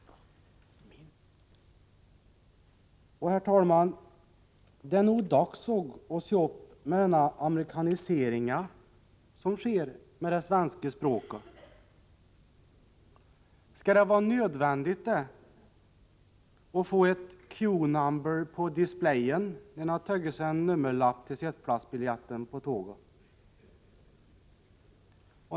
Härr talman! Dä ä nog dags åg, å se åpp mä dänna amerikaniseringa som sker mä dä svenske språke. Ska dä va nödvänditt å få, ett quenumber på displayen när en ha tögge sä en nommerlapp te settplassbiljätten på tåge.